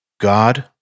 God